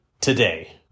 today